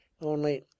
Only